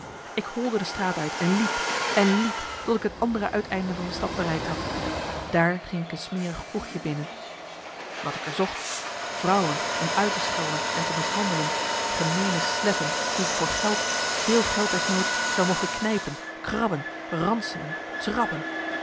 ik holde de straat uit en liep en liep tot ik het andere uiteinde van de stad bereikt had daar ging ik een smerig kroegje binnen wat ik er zocht vrouwen om uit te schelden en te mishandelen gemeene sletten die ik voor geld veel geld des noods zou mogen knijpen krabben ranselen trappen